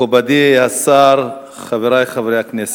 מכובדי השר, חברי חברי הכנסת,